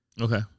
Okay